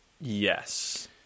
Yes